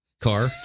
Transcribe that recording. car